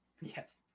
Yes